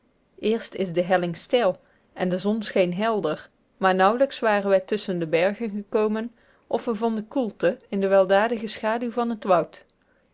eerst is de helling steil en de zon scheen helder maar nauwelijks waren wij tusschen de bergen gekomen of we vonden koelte in de weldadige schaduw van het woud